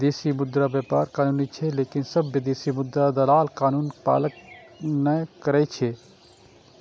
विदेशी मुद्रा व्यापार कानूनी छै, लेकिन सब विदेशी मुद्रा दलाल कानूनक पालन नै करै छै